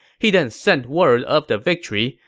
he then sent word of the victory,